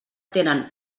tenen